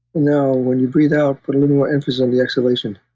now, when you breathe out, put a little more emphasis on the exhalation.